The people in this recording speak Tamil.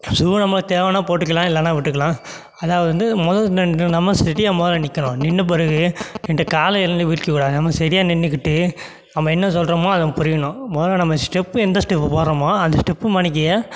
சூவும் நமக்கு தேவைன்னா போட்டுக்கலாம் இல்லைன்னா விட்டுக்கலாம் அதாவது வந்து முதல்ல ந நம்ம ஸ்டெடியாக முதல்ல நிற்கணும் நின்ற பிறகு ரெண்டு காலை எல்லாம் விரிக்கக்கூடாது நம்ம ஸ்டெடியாக நின்றுக்கிட்டு நம்ம என்ன சொல்கிறோமோ அது புரியணும் முதல்ல நம்ம ஸ்டெப்பு எந்த ஸ்டெப்பு போடுகிறோமோ அந்த ஸ்டெப்பு மாரிக்கே